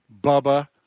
bubba